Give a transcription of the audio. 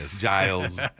Giles